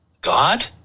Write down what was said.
God